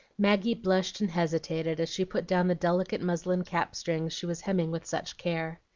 maggie blushed and hesitated, as she put down the delicate muslin cap-strings she was hemming with such care.